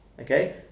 Okay